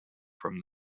from